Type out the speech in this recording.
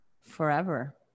forever